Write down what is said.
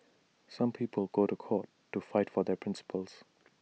some people go to court to fight for their principles